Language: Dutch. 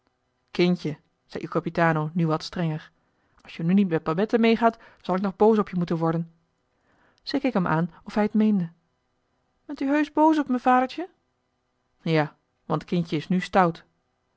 kindje zei il capitano nu wat strenger als je nu niet met babette meegaat zal ik nog boos op je moeten worden ze keek hem aan of hij t meende bent u heusch boos op me vadertje ja want kindje is nu stout